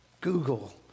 Google